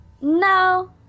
No